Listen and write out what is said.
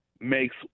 makes